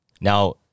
now